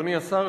אדוני השר,